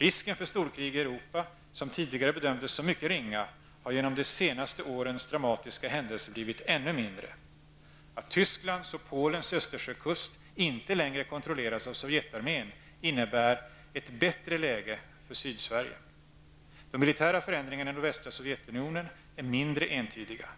Risken för storkrig i Europa, som tidigare bedömdes som mycket ringa, har genom det senaste årets dramatiska händelser blivit ännu mindre. Att Tysklands och Polens Östersjökust inte längre kontrolleras av Sovjetarmén innnebär ett bättre läge för Sydsverige. Sovjetunionen är mindre entydiga.